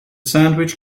sandwich